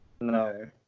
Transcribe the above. No